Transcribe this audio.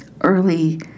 early